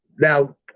now